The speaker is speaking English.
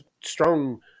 strong